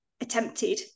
attempted